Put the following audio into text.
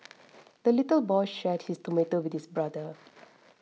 the little boy shared his tomato with his brother